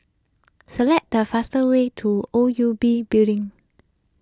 select the fastest way to O U B Building